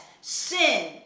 sin